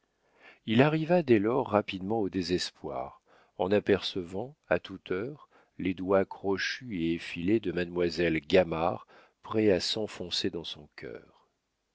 il arriva dès lors rapidement au désespoir en apercevant à toute heure les doigts crochus et effilés de mademoiselle gamard prêts à s'enfoncer dans son cœur